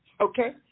Okay